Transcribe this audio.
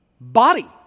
body